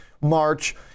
March